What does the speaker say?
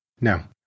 Now